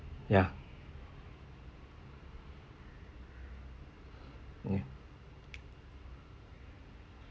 ya ya